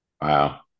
Wow